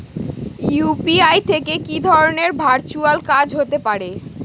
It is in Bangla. ইউ.পি.আই থেকে কি ধরণের ভার্চুয়াল কাজ হতে পারে?